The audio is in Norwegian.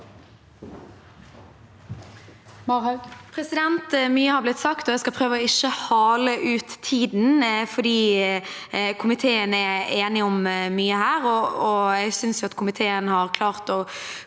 Mye har blitt sagt, og jeg skal prøve ikke å hale ut tiden, for komiteen er enig om mye her, og jeg synes at komiteen har klart å